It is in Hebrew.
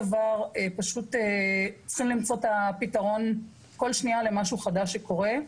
וצריך למצוא את הפתרון כל שנייה למשהו חדש שקורה.